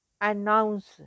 announce